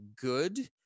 good